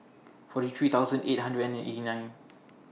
forty three thousand eight hundred and eighty nine